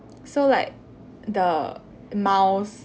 so like the mouse